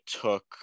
took